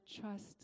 trust